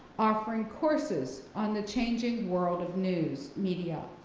offering courses on the changing world of news media,